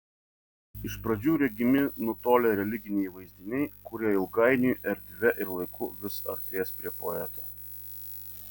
iš pradžių regimi nutolę religiniai vaizdiniai kurie ilgainiui erdve ir laiku vis artės prie poeto